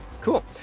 Cool